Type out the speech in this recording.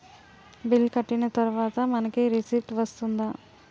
Bill కట్టిన తర్వాత మనకి రిసీప్ట్ వస్తుందా?